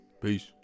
Peace